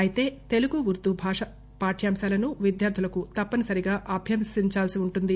అయితే తెలుగు ఉర్దూ భాషా పాఠ్యాంశాలను విద్యార్థులు తప్పనిసరిగా అభ్యసించాల్పి ఉంటుంది